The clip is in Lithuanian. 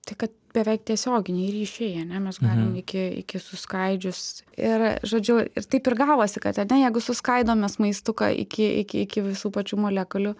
tai kad beveik tiesioginiai ryšiai ane mes galim iki iki suskaidžius ir žodžiu ir taip ir gavosi kad ane jeigu suskaidom mes maistuką iki iki iki visų pačių molekulių